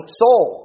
soul